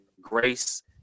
grace